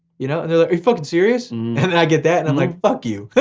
you know, and they're like, are you fucking serious? and i get that and i'm like fuck you.